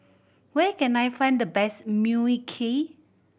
where can I find the best Mui Kee